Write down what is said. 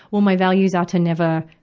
well my values are to never,